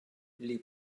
les